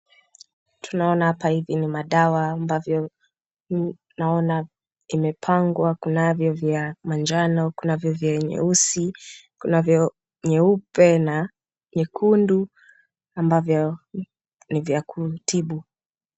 Tunaona hapa hivi ni madawa ambavyo tunaona imepangwa. Kunavyo vya manjano, kunavyo vya nyeusi, kunavyo nyeupe na nyekundu ambavyo ni vya kutibu.